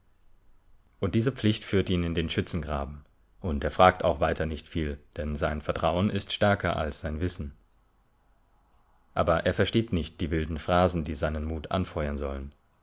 und diese pflicht führt ihn in den schützengraben und er fragt auch weiter nicht viel denn sein vertrauen ist stärker als sein wissen aber er versteht nicht die wilden phrasen die seinen mut anfeuern sollen